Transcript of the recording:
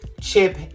Chip